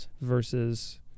versus